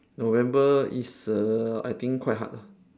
november is err I think quite hard lah